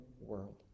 world